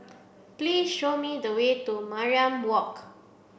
please show me the way to Mariam Walk